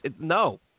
No